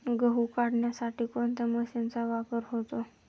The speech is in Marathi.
गहू काढण्यासाठी कोणत्या मशीनचा वापर होतो?